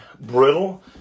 brittle